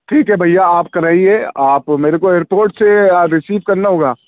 ٹھیک ہے بھیا آپ کرائیے آپ میرے کو ایئرپورٹ سے رسیو کرنا ہوگا